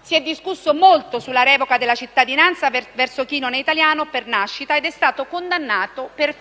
Si è discusso molto sulla revoca della cittadinanza verso chi non è italiano per nascita ed è stato condannato per